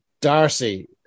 Darcy